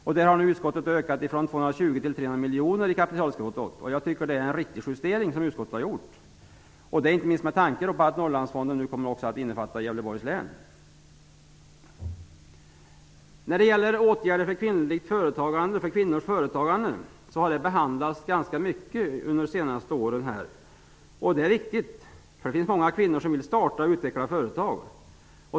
Utskottet har ökat anslaget från 220 till 300 miljoner i kapitaltillskott. Jag tycker det är en riktig justering, inte minst med tanke på att Norrlandsfondens område nu också kommer att innefatta Gävleborgs län. Åtgärder för kvinnors företagande har behandlats ganska mycket under de senaste åren. Det är riktigt. Det finns många kvinnor som vill starta och utveckla företag.